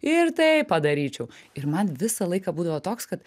ir taip padaryčiau ir man visą laiką būdavo toks kad